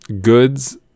goods